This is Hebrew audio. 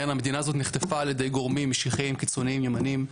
המדינה הזאת נחטפה על ידי גורמים משיחיים קיצוניים ימניים,